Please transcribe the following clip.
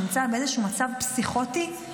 שנמצא באיזשהו מצב פסיכוטי,